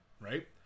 Right